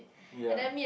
ya